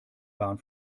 bahn